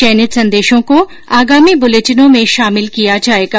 चयनित संदेशों को आगामी बुलेटिनों में शामिल किया जाएगा